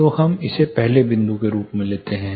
तो हम इसे पहले बिंदु के रूप में लेते हैं